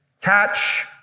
catch